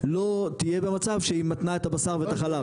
לא תהיה במצב שהיא מתנה את הבשר ואת החלב.